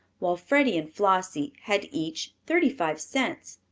while freddie and flossie had each thirty-five cents.